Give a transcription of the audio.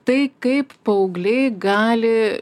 tai kaip paaugliai gali